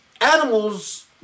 animals